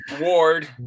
Ward